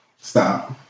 stop